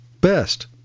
Best